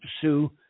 pursue